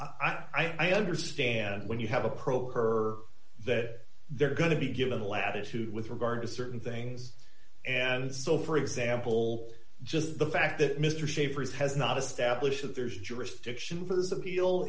i understand when you have approached her that they're going to be given latitude with regard to certain things and so for example just the fact that mister shapers has not established that there's jurisdiction